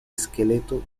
esqueleto